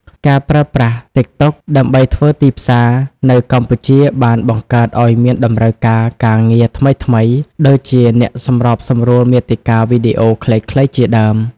ការប្រើប្រាស់ TikTok ដើម្បីធ្វើទីផ្សារនៅកម្ពុជាបានបង្កើតឱ្យមានតម្រូវការការងារថ្មីៗ ដូចជាអ្នកសម្របសម្រួលមាតិកាវីដេអូខ្លីៗជាដើម។